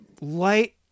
light